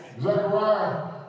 Zechariah